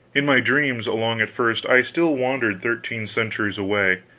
in my dreams, along at first, i still wandered thirteen centuries away,